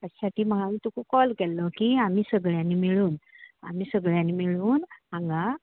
ताज्यासाटी हांवें तुका कॉल केल्लो कि आमी सगळ्यांनी मेळून आमी सगळ्यांनी मेळून हागां